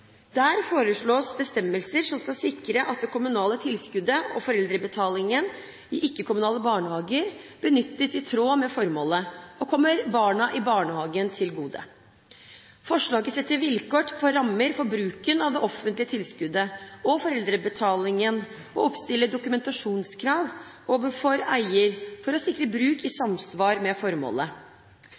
der det foreslås bestemmelser som skal sikre at det kommunale tilskuddet og foreldrebetalingen i ikke-kommunale barnehager benyttes i tråd med formålet og kommer barna i barnehagen til gode. Forslaget setter vilkår og rammer for bruken av det offentlige tilskuddet og foreldrebetalingen og oppstiller dokumentasjonskrav overfor eier for å sikre bruk i samsvar med formålet.